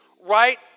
right